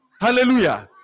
Hallelujah